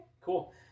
Cool